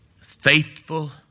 Faithful